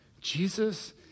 jesus